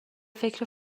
فکر